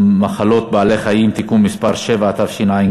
מחלות בעלי-חיים (מס' 7), התשע"ג